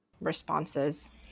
responses